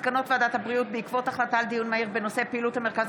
מסקנות ועדת הבריאות בעקבות דיון מהיר בהצעתן של